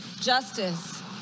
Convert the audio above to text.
justice